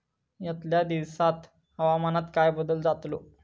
यतल्या दिवसात हवामानात काय बदल जातलो?